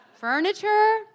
Furniture